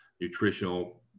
nutritional